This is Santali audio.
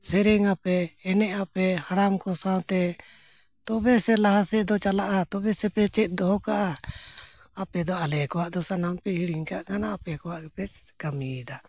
ᱥᱮᱨᱮᱧ ᱟᱯᱮ ᱮᱱᱮᱡ ᱟᱯᱮ ᱦᱟᱲᱟᱢ ᱠᱚ ᱥᱟᱶᱛᱮ ᱛᱚᱵᱮ ᱥᱮ ᱞᱟᱦᱟ ᱥᱮᱫ ᱫᱚ ᱪᱟᱞᱟᱜᱼᱟ ᱛᱚᱵᱮ ᱥᱮᱯᱮ ᱪᱮᱫ ᱫᱚᱦᱚ ᱠᱟᱜᱼᱟ ᱟᱯᱮ ᱫᱚ ᱟᱞᱮ ᱟᱠᱚᱣᱟᱜ ᱫᱚ ᱥᱟᱱᱟᱢ ᱯᱮ ᱦᱤᱲᱤᱧ ᱠᱟᱜ ᱠᱟᱱᱟ ᱟᱯᱮ ᱠᱚᱣᱟᱜ ᱜᱮᱯᱮ ᱠᱟᱹᱢᱤᱭᱮᱫᱟ